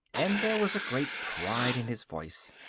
and there was a great pride in his voice.